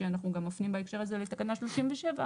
שאנחנו גם מפנים בהקשר הזה לתקנה 37,